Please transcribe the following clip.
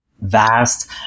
vast